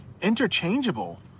interchangeable